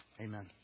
amen